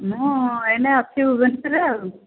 ମୁଁ ଏନା ଅଛି ଭୁବନେଶ୍ୱର ରେ ଆଉ